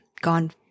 gone